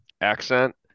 accent